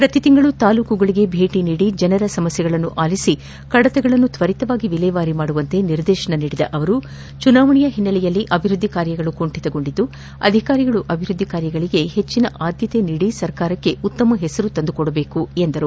ಪ್ರತಿ ತಿಂಗಳು ತಾಲೂಕುಗಳಿಗೆ ದೇಟಿ ನೀಡಿ ಜನರ ಸಮಸ್ಥೆಗಳನ್ನು ಆಲಿಬಿ ಕಡತಗಳನ್ನು ತ್ವರಿತವಾಗಿ ವಿಲೇವಾರಿ ಮಾಡುವಂತೆ ನಿರ್ದೇಶನ ನೀಡಿದ ಅವರು ಚುನಾವಣೆಯ ಹಿನ್ನಲೆಯಲ್ಲಿ ಅಭಿವೃದ್ದಿ ಕಾರ್ಯಗಳು ಕುಂಠಿತಗೊಂಡಿದ್ದು ಅಧಿಕಾರಿಗಳು ಅಭಿವೃದ್ದಿ ಕಾರ್ಯಗಳಿಗೆ ಹೆಚ್ಚಿನ ಆದ್ಯತೆ ನೀಡಿ ಸರ್ಕಾರಕ್ಷೆ ಉತ್ತಮ ಹೆಸರು ತಂದು ಕೊಡಬೇಕೆಂದು ಹೇಳಿದರು